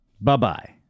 Bye-bye